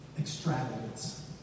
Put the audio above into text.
extravagance